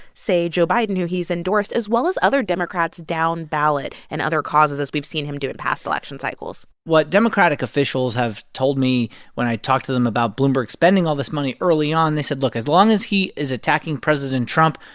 say, joe biden, who he's endorsed, as well as other democrats down ballot and other causes, as we've seen him do in past election cycles what democratic officials have told me when i talked to them about bloomberg spending all this money early on they said, look as long as he is attacking president trump,